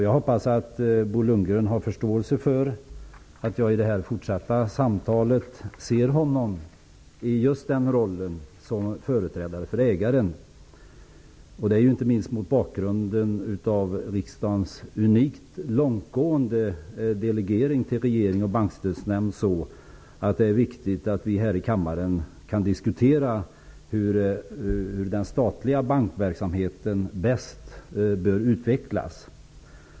Jag hoppas att Bo Lundgren har förståelse för att jag i det fortsatta samtalet ser honom i just den rollen som företrädare för ägaren, inte minst mot bakgrund av riksdagens unikt långtgående delegering till regering och bankstödsnämnd. Det är viktigt att vi här i kammaren kan diskutera hur den statliga bankverksamheten bäst bör utvecklas.